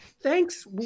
Thanks